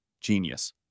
Genius